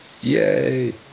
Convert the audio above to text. Yay